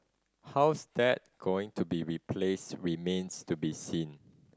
how's that going to be replaced remains to be seen